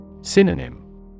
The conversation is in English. Synonym